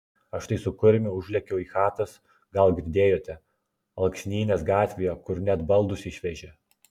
aš tai su kurmiu užlėkiau į chatas gal girdėjote alksnynės gatvėje kur net baldus išvežė